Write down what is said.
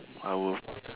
our